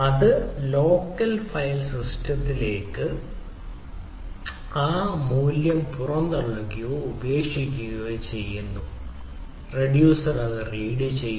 അത് local file സിസ്റ്റങ്ങളിലേക്ക് ആ മൂല്യം പുറന്തള്ളുകയോ ഉപേക്ഷിക്കുകയോ ചെയ്യുന്നു റിഡ്യൂസർ അത് റീഡ് ചെയ്യും